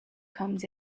comes